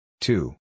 two